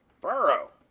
Burrow